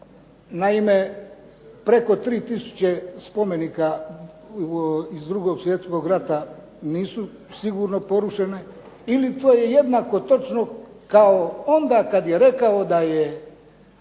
Naime, preko 3 tisuće spomenika iz 2. svjetskog rata nisu sigurno porušene ili to je jednako točno kao onda kad je rekao da je